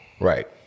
Right